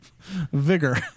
Vigor